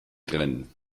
tränen